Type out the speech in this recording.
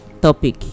topic